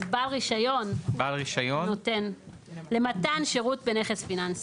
אז בעל רישיון, "למתן שירות בנכס פיננסי".